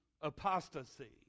apostasy